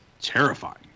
terrifying